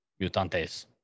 Mutantes